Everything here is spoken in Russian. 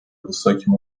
высоким